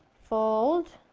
fold